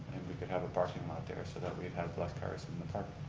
we could have a parking lot there, so that we'd have less cars in the park.